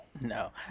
No